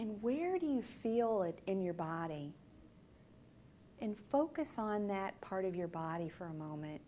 and weird you feel it in your body and focus on that part of your body for a moment